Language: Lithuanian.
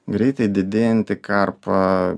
greitai didėjanti karpa